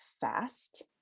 fast